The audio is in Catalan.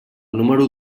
número